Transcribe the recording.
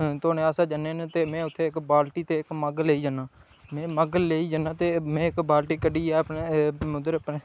धोने आस्तै ज'न्ने होन्ने ते में अपने तै उत्थै इक्क बाल्टी ते मग्ग लेई जन्नां आं में मग्ग लेई जन्नां ते में इक्क बाल्टी कड्ढियै मतलब अपने